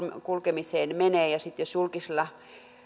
kulkemiseen menee ja sitten jos julkisilla